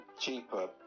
cheaper